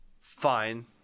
fine